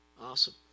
Awesome